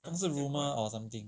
但是 rumor or something